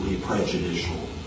prejudicial